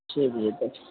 چھ بجے تک